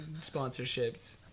sponsorships